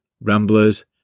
Ramblers